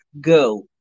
go